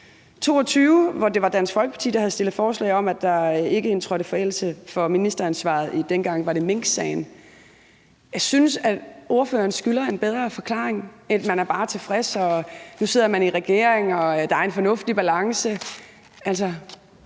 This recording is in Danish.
2022, hvor det var Dansk Folkeparti, der havde fremsat et forslag om, at der ikke skulle gælde forældelse for ministeransvar i minksagen, som det handlede om dengang. Jeg synes, ordføreren skylder en bedre forklaring, end at man bare er tilfreds og nu sidder man i regering og der er en fornuftig balance.